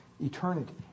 eternity